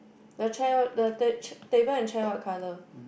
the chair the ta~ table and chair what colour